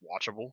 watchable